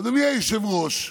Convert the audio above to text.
אדוני היושב-ראש,